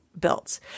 built